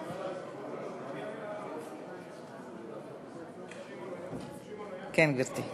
כן, גברתי.